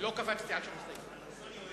לא נתקבלה.